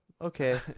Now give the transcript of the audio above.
okay